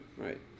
Right